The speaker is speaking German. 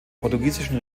portugiesischen